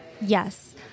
Yes